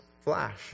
flash